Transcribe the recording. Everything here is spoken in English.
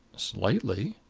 slightly.